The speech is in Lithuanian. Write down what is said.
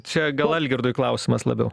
čia gal algirdui klausimas labiau